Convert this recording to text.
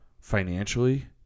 financially